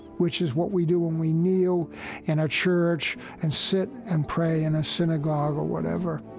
which is what we do when we kneel in a church and sit and pray in a synagogue or whatever